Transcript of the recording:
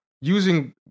using